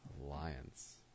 Alliance